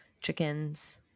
chickens